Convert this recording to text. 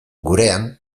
gurean